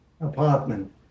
apartment